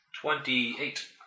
Twenty-eight